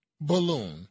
balloon